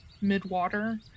mid-water